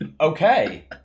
okay